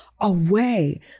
Away